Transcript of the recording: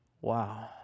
Wow